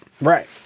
Right